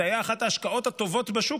זו הייתה אחת ההשקעות הטובות בשוק,